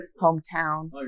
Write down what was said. hometown